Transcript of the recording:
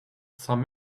some